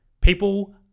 people